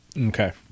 Okay